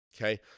okay